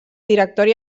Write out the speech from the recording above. directori